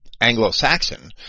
Anglo-Saxon